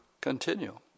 continue